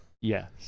Yes